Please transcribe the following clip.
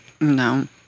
No